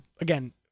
again